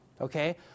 Okay